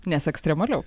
nes ekstremaliau